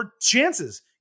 chances